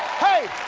hey,